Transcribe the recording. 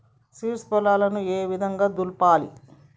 Seeds పొలాలను ఏ విధంగా దులపాలి?